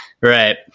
right